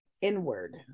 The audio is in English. inward